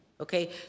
Okay